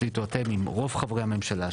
תחליטו אתם אם רוב חברי הממשלה,